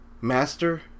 Master